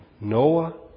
Noah